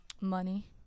Money